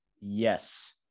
Yes